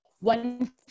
one